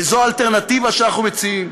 וזו האלטרנטיבה שאנחנו מציעים,